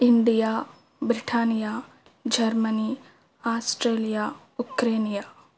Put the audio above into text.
India Britannia Germany Australia ఉక్రేనియా